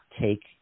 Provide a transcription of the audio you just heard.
take